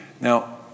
Now